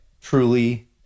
truly